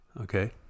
Okay